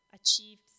achieved